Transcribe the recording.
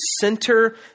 center